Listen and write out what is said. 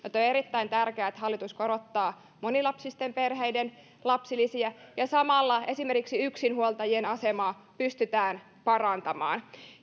on erittäin tärkeää että hallitus korottaa monilapsisten perheiden lapsilisiä ja samalla esimerkiksi yksinhuoltajien asemaa pystytään parantamaan